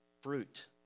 fruit